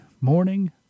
morning